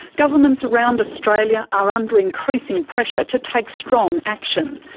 governments around australia are under increasing pressure to take strong action.